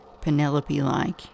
Penelope-like